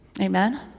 Amen